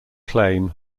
claim